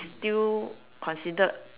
still considered